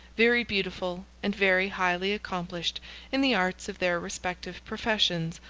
very beautiful, and very highly accomplished in the arts of their respective professions,